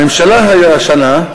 הממשלה השנה,